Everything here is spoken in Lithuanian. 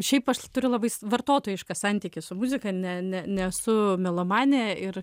šiaip aš turiu labai vartotojišką santykį su muzika ne ne nesu melomanė ir